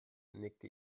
nickte